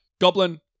Goblin